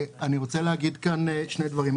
אני רוצה להגיד כאן שני דברים.